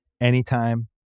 Anytime